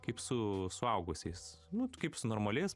kaip su suaugusiais nu vat kaip su normaliais